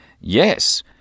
Yes